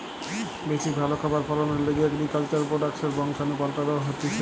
বেশি ভালো খাবার ফলনের লিগে এগ্রিকালচার প্রোডাক্টসের বংশাণু পাল্টানো হতিছে